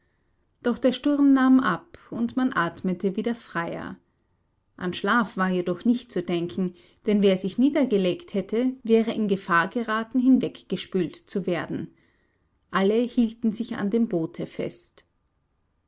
doch der sturm nahm ab und man atmete wieder freier an schlaf war jedoch nicht zu denken denn wer sich niedergelegt hätte wäre in gefahr geraten hinweggespült zu werden alle hielten sich an dem boote fest